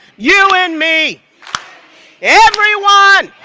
you and me everyone